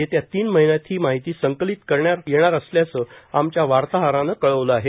येत्या तीन महिन्यात ही माहिती संकलित करण्यात येणार असल्याचं आमच्या वार्ताहरानं कळवलं आहे